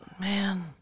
man